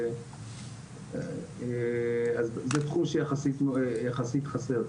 זה תחום שיחסית חסר.